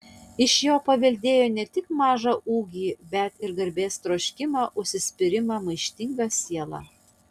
iš jo paveldėjo ne tik mažą ūgį bet ir garbės troškimą užsispyrimą maištingą sielą